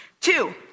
Two